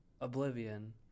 oblivion